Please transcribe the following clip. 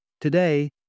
Today